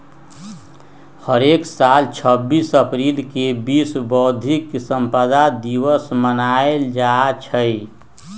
हरेक साल छब्बीस अप्रिल के विश्व बौधिक संपदा दिवस मनाएल जाई छई